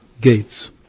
gates